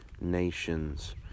nations